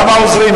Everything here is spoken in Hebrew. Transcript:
גם העוזרים,